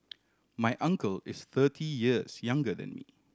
my uncle is thirty years younger than me